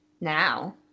now